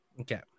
Okay